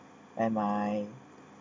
and my